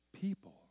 people